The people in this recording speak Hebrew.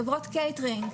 חברות קייטרינג,